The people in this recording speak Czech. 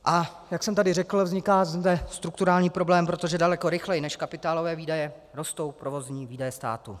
A jak jsem řekl, vzniká zde strukturální problém, protože daleko rychleji než kapitálové výdaje rostou provozní výdaje státu.